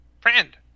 Friend